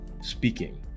speaking